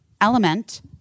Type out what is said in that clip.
Element